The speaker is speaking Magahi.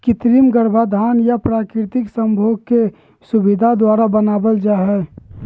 कृत्रिम गर्भाधान या प्राकृतिक संभोग की सुविधा द्वारा बनाबल जा हइ